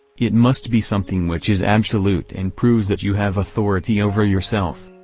it must be something which is absolute and proves that you have authority over yourself,